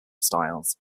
styles